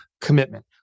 commitment